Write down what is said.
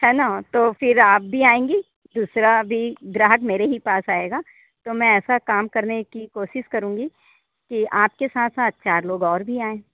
है ना तो फिर आप भी आएँगी दूसरा भी ग्राहक मेरे ही पास आएगा तो मैं ऐसा काम करने की कोशिश करुँगी कि आपके साथ साथ चार लोग और भी आएँ